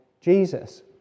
Jesus